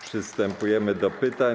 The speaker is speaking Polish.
Przystępujemy do pytań.